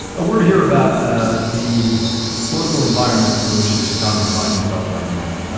a word here about ah the political environment in which this economy finds itself right now.